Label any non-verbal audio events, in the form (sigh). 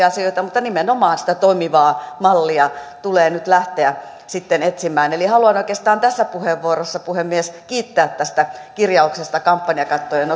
(unintelligible) asioita mutta nimenomaan sitä toimivaa mallia tulee nyt lähteä sitten etsimään eli haluan oikeastaan tässä puheenvuorossa puhemies kiittää tästä kirjauksesta kampanjakattojen (unintelligible)